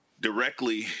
directly